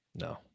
No